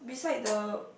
beside the